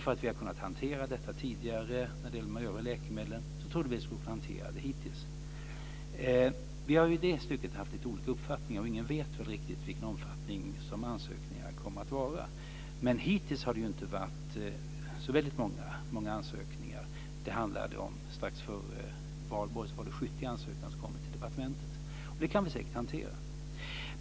Eftersom vi har kunnat hantera detta tidigare, när det gäller de övriga läkemedlen, så trodde vi att vi skulle kunna hantera det som hittills. I det stycket har vi haft lite olika uppfattningar, och ingen vet väl riktigt vilken omfattning ansökningarna kommer att ha. Hittills har det inte varit så väldigt många ansökningar. Strax före Valborg var det 70 ansökningar som hade kommit till departementet. Det kan vi säkert hantera.